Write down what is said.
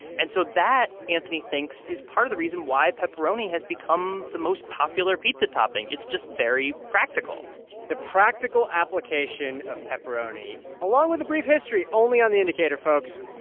and so that, anthony thinks, is part of the reason why pepperoni has become the most popular pizza topping. it's just very practical the practical application of pepperoni, along with a brief history only on the indicator, folks.